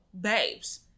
babes